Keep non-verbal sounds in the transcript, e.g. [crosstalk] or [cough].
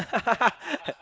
[laughs]